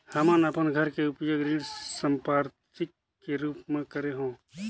हमन अपन घर के उपयोग ऋण संपार्श्विक के रूप म करे हों